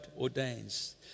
ordains